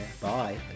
bye